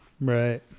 right